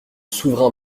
souverain